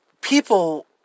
people